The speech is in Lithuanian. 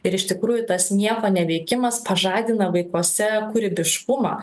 ir iš tikrųjų tas nieko neveikimas pažadina vaikuose kūrybiškumą